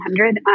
100